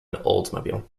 oldsmobile